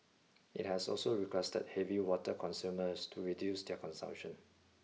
it has also requested heavy water consumers to reduce their consumption